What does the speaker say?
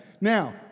Now